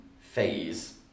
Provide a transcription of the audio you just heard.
phase